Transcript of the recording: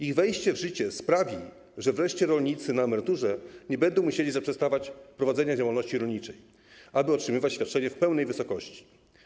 Ich wejście w życie sprawi, że wreszcie rolnicy na emeryturze nie będą musieli zaprzestawać prowadzenia działalności rolniczej, aby otrzymywać świadczenie w pełnej wysokości.